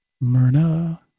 Myrna